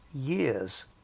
years